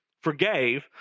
forgave